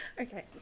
okay